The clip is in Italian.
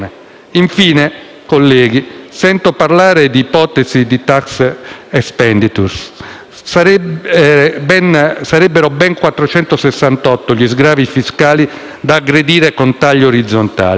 Infine, colleghi, sento parlare di ipotesi di taglio delle *tax expenditures*. Sarebbero ben 468 gli sgravi fiscali da aggredire con tagli orizzontali.